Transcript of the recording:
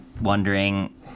wondering